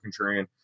contrarian